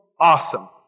awesome